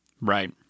right